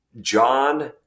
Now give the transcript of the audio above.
John